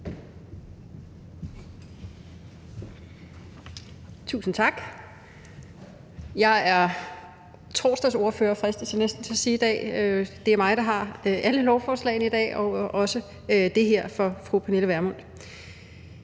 Tusind tak. Jeg er torsdagsordfører, fristes jeg næsten til at sige, i dag. Det er mig, der har alle lovforslagene i dag, også det her for fru Pernille Vermund.